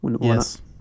Yes